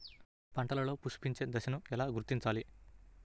పంటలలో పుష్పించే దశను ఎలా గుర్తించాలి?